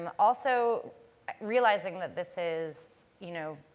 um also realising that this is, you know,